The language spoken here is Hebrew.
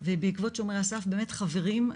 ובעקבות "שומרי הסף" באמת-חברים,